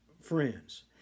friends